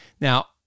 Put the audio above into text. Now